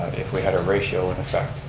if we had a ratio in effect,